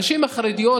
הנשים החרדיות,